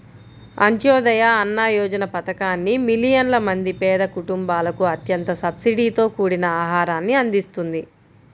అంత్యోదయ అన్న యోజన పథకాన్ని మిలియన్ల మంది పేద కుటుంబాలకు అత్యంత సబ్సిడీతో కూడిన ఆహారాన్ని అందిస్తుంది